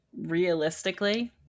realistically